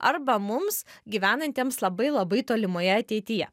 arba mums gyvenantiems labai labai tolimoje ateityje